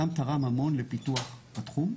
זה גם תרם המון לפיתוח התחום.